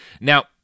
Now